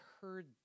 heard